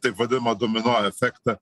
taip vadinamą domino efektą